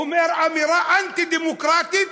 אומר אמירה אנטי-דמוקרטית,